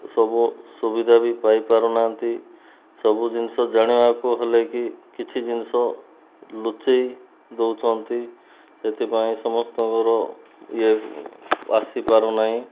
ସବୁ ସୁବିଧା ବି ପାଇପାରୁନାହାନ୍ତି ସବୁ ଜିନିଷ ଜାଣିବାକୁ ହେଲେକି କିଛି ଜିନିଷ ଲୁଚେଇ ଦେଉଛନ୍ତି ସେଥିପାଇଁ ସମସ୍ତଙ୍କର ଇଏ ଆସିପାରୁନାହିଁ